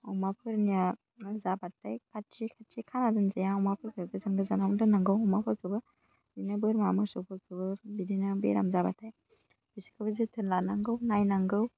अमाफोरनिया आर जाबाथाय खाथि खाथि खाना दोनजाया अमाफोरखौ गोजान गोजानाव दोननांगौ अमाफोरखौबो बिदिनो बोरमा मोसौफोरखौबो बिदिनो बेराम जाबाथाय बिसोरखौबो जोथोन लानांगौ नायनांगौ